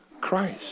Christ